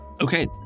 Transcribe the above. Okay